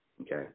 Okay